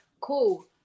cool